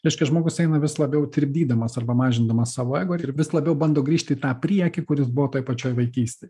reiškia žmogus eina vis labiau tirpdydamas arba mažindamas savo ego ir vis labiau bando grįžti į tą priekį kur jis buvo toj pačioj vaikystėj